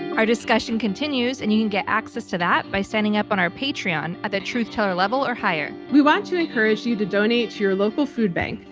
our discussion continues and you can get access to that by signing up on our patreon at the truth teller level or higher. we want to encourage you to donate to your local food bank,